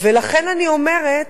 ולכן אני אומרת,